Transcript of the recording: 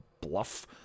bluff